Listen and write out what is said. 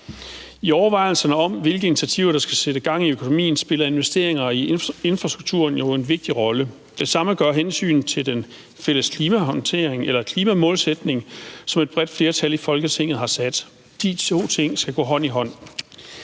I overvejelserne om, hvilke initiativer der skal sætte gang i økonomien, spiller investeringer i infrastrukturen jo en vigtig rolle. Det samme gør hensynet til den fælles klimamålsætning, som et bredt flertal i Folketinget har sat. De to ting skal gå hånd i hånd.